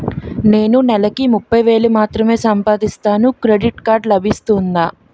నేను నెల కి ముప్పై వేలు మాత్రమే సంపాదిస్తాను క్రెడిట్ కార్డ్ లభిస్తుందా?